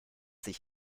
sich